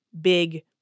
big